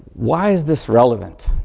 why is this relevant?